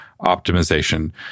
optimization